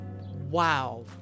Wow